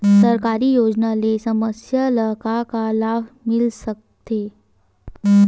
सरकारी योजना ले समस्या ल का का लाभ मिल सकते?